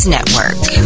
Network